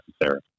necessary